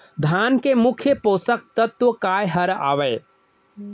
धान के मुख्य पोसक तत्व काय हर हावे?